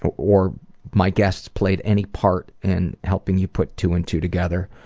or my guests played any part in helping you put two and two together,